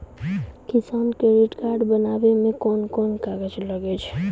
किसान credit card बनाबै मे कोन कोन कागज लागै छै?